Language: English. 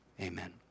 Amen